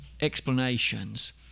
explanations